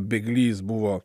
bėglys buvo